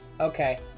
okay